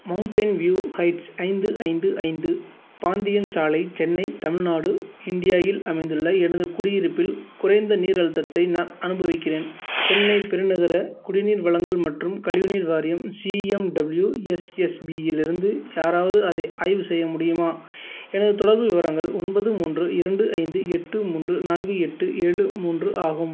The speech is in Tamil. மௌண்டைன் வியூ ஹைட்ஸ் ஐந்து ஐந்து ஐந்து பாந்தியன் சாலை சென்னை தமிழ்நாடு இந்தியாயில் அமைந்துள்ள எனதுக் குடியிருப்பில் குறைந்த நீர் அழுத்தத்தை நான் அனுபவிக்கிறேன் சென்னை பெருநகர குடிநீர் வழங்கல் மற்றும் கழிவுநீர் வாரியம் சிஎம்டபுள்யூஎஸ்எஸ்பியிலிருந்து யாராவது அதை ஆய்வு செய்ய முடியுமா எனது தொடர்பு விவரங்கள் ஒன்பது மூன்று இரண்டு ஐந்து எட்டு மூன்று நான்கு எட்டு ஏழு மூன்று ஆகும்